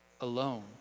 alone